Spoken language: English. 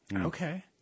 okay